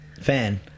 fan